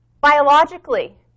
biologically